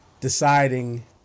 deciding